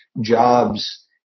jobs